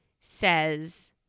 says